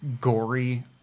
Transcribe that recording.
gory